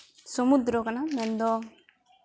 ᱥᱚᱢᱩᱫᱨᱚ ᱠᱟᱱᱟ ᱢᱮᱱᱫᱚ